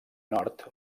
nord